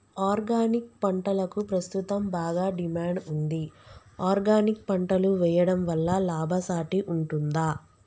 Organic పంటలకు ప్రస్తుతం బాగా డిమాండ్ ఉంది ఆర్గానిక్ పంటలు వేయడం వల్ల లాభసాటి ఉంటుందా?